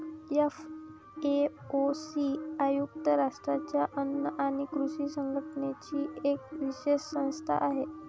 FAO ही संयुक्त राष्ट्रांच्या अन्न आणि कृषी संघटनेची एक विशेष संस्था आहे